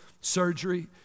surgery